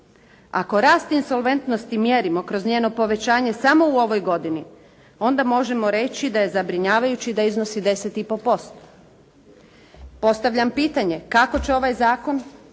Ako rast insolventnosti mjerimo kroz njeno povećanje samo u ovoj godini, onda možemo reći da je zabrinjavajuće da iznosi 10,5%. Postavljam pitanje kako će ovaj zakon